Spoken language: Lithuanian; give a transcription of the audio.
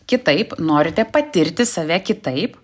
kitaip norite patirti save kitaip